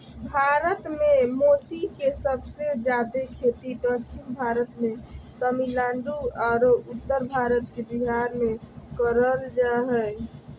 भारत मे मोती के सबसे जादे खेती दक्षिण भारत मे तमिलनाडु आरो उत्तर भारत के बिहार मे करल जा हय